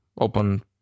open